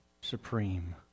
supreme